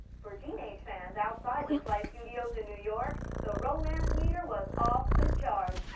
for teenage fans outside the slice studios in new york, the romance meter was off the charts.